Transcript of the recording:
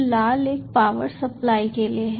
फिर लाल एक पावर सप्लाई के लिए है